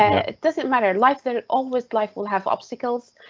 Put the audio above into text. and it doesn't matter life that it always life will have obstacles.